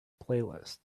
playlist